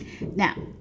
Now